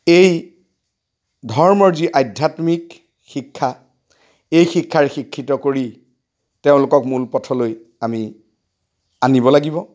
এই ধৰ্মৰ যি আধ্যাত্মিক শিক্ষা এই শিক্ষাৰে শিক্ষিত কৰি তেওঁলোকক মূলপথলৈ আমি আনিব লাগিব